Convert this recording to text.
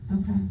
Okay